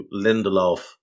Lindelof